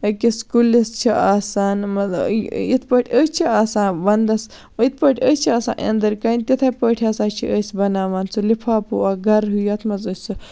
أکِس کُلِس چھِ آسان یِتھ پٲٹھۍ أسۍ چھِ آسان وَنٛدَس یِتھ پٲٹھۍ أسۍ چھِ آسان أنٛدرٕ کَنۍ تِتھے پٲٹھۍ ہَسا چھِ أسۍ بَناوان سُہ لِفافوٗ اکھ گَرٕ ہیٚو یتھ مَنٛز أسۍ سُہ